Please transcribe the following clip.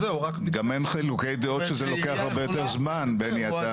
גם אין חילוקי דעות שזה לוקח הרבה יותר זמן, בני.